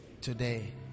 today